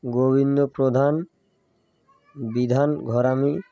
Govinda Pradhan Bidhan Gharami